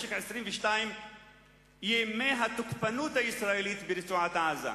במשך 22 ימי התוקפנות הישראלית ברצועת-עזה.